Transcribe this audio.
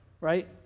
right